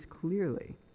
clearly